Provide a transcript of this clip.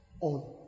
on